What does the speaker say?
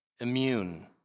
immune